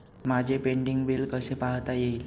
माझे pending bill कसे पाहता येईल?